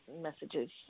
messages